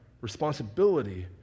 responsibility